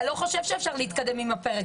אי לכך נעבור לפרק